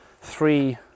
three